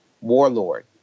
warlord